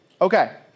Okay